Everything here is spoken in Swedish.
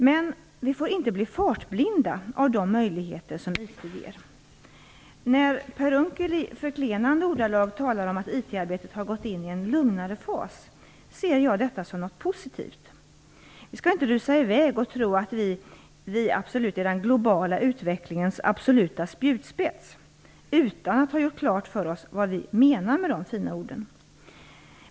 Men vi får inte bli fartblinda av de möjligheter som IT ger. När Per Unckel i förklenande ordalag talar om att IT-arbetet har gått in i en lugnare fas ser jag detta som något positivt. Vi skall inte rusa i väg och tro att vi är "den globala utvecklingens absoluta spjutspets" utan att ha gjort klart för oss vad vi menar med de fina orden.